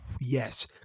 Yes